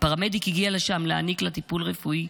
פרמדיק הגיע לשם להעניק לה טיפול רפואי,